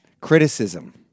Criticism